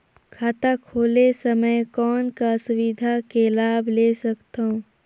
खाता खोले समय कौन का सुविधा के लाभ ले सकथव?